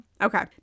Okay